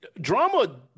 Drama